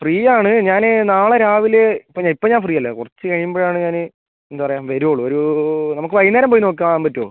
free ആണ് ഞാൻ നാളെ രാവിലെ ഇപ്പം ഇപ്പം ഞാൻ ഫ്രീ അല്ല കുറച്ച് കഴിയുമ്പോഴാണ് ഞാൻ എന്താണ് പറയുക വരുള്ളൂ ഒരു നമുക്ക് വൈകുന്നേരം പോയി നോക്കാൻ പറ്റുവോ